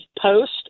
post